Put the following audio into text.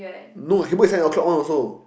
no can book the seven-o'clock one also